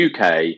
UK